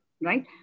right